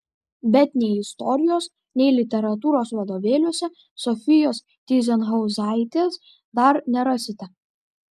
bet nei istorijos nei literatūros vadovėliuose sofijos tyzenhauzaitės dar nerasite